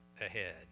ahead